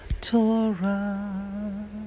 Torah